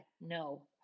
no